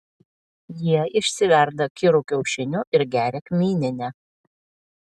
jie išsiverda kirų kiaušinių ir geria kmyninę